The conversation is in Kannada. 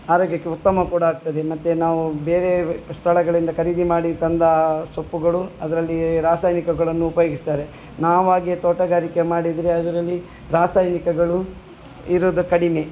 ಆರೋಗ್ಯಕ್ಕೆ ಉತ್ತಮ ಕೂಡ ಆಗ್ತದೆ ಮತ್ತು ನಾವು ಬೇರೆ ಸ್ಥಳಗಳಿಂದ ಖರೀದಿ ಮಾಡಿ ತಂದ ಸೊಪ್ಪುಗಳು ಅದರಲ್ಲಿ ರಾಸಾಯಿನಿಕಗಳನ್ನು ಉಪಯೋಗಿಸ್ತಾರೆ ನಾವಾಗೆ ತೋಟಗಾರಿಕೆ ಮಾಡಿದರೆ ಅದರಲ್ಲಿ ರಾಸಾಯನಿಕಗಳು ಇರೋದು ಕಡಿಮೆ